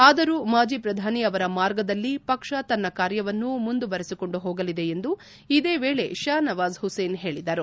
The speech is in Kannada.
ಆದರೂ ಮಾಜಿ ಪ್ರಧಾನಿ ಅವರ ಮಾರ್ಗದಲ್ಲಿ ಪಕ್ಷ ತನ್ನ ಕಾರ್ಯವನ್ನು ಮುಂದುವರೆಸಿಕೊಂಡು ಹೋಗಲಿದೆ ಎಂದು ಇದೇ ವೇಳೆ ಷಾ ನವಾಜ್ ಹುಸೇನ್ ಹೇಳಿದರು